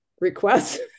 requests